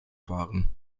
fahren